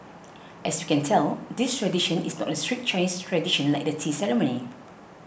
as you can tell this tradition is not a strict Chinese tradition like the tea ceremony